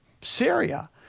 Syria